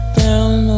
down